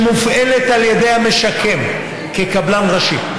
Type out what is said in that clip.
שמופעלת על ידי "המשקם" כקבלן ראשי,